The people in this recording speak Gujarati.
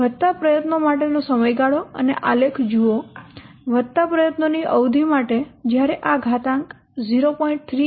વધતા પ્રયત્નો માટેનો સમયગાળો અને આલેખ જુઓ વધતા પ્રયત્નોની અવધિ માટે જ્યારે આ ઘાતાંક 0